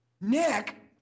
Nick